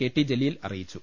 K T Jaleel അറിയ്യിച്ചു